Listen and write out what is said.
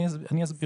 אני אסביר.